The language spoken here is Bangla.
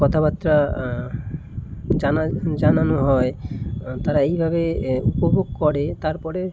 কথাবার্তা জানা জানানো হয় তার এইভাবে উপভোগ করে তারপরে